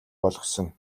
болгосон